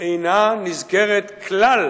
אינה נזכרת כלל